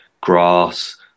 grass